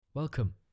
welcome